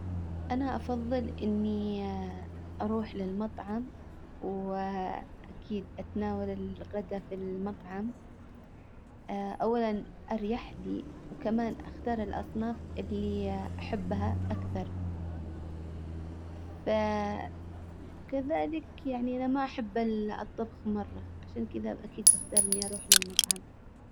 انا افظل اني اروح للمطعم اكيد اتناول الغدا في المطعم اولا اريح لي وكمان اختار الاصناف اللي احبها اكثر فكذلك يعني انا ما احب الطبخ مرة. عشان كدا اكيد بختار اني اروح للمطعم.